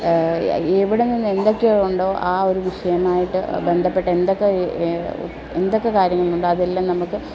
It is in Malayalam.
എവിടെ നിന്ന് എന്തൊക്കെയുണ്ടോ ആ ഒരു വിഷയവുമായിട്ട് ബന്ധപ്പെട്ട എന്തൊക്കെ എന്തൊക്കെ കാര്യങ്ങളുണ്ടോ അതെല്ലാം നമുക്ക്